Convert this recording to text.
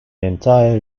entire